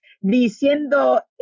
diciendo